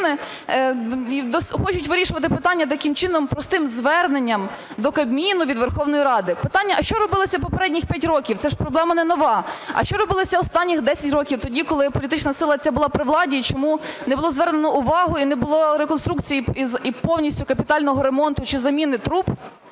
хочуть вирішувати питання таким чином простим зверненням до Кабміну від Верховної Ради. Питання: а що робилося попередні 5 років. Це ж проблема не нова. А що робилося останніх 10 років, тоді, коли політична сила ця була при владі, і чому не було звернено увагу і не було реконструкції і повністю капітального ремонту чи заміни труб